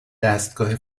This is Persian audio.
دستگاه